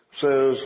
says